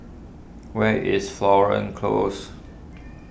where is Florence Close